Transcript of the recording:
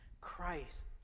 Christ